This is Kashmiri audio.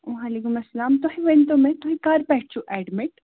وعلیکُم اسلام تُہۍ ؤنتو مےٚ تُہۍ کَر پٮ۪ٹھ چھِو ایٚڈمِٹ